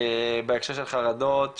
בהקשר של חרדות,